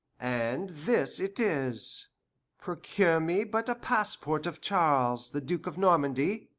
and this it is procure me but a passport of charles, the duke of normandy,